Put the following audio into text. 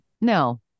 No